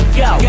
go